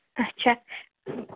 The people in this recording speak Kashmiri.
اچھا